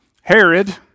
Herod